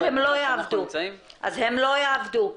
אז הם לא יעבדו.